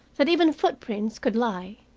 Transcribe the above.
that even foot-prints could lie,